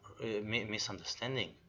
misunderstanding